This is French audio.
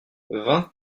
vingt